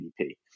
GDP